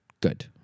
good